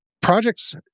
projects